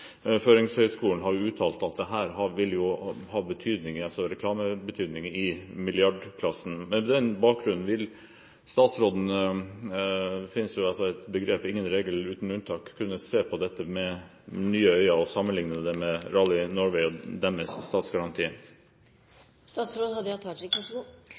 har uttalt at dette vil ha reklamebetydning i milliardklassen. Med den bakgrunn: Det finnes et begrep som heter «ingen regel uten unntak». Vil statsråden kunne se på dette med nye øyne og sammenligne det med Rally Norway og deres